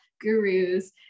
gurus